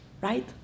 right